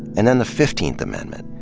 and then the fifteenth amendment,